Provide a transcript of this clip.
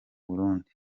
burundi